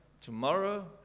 tomorrow